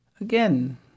Again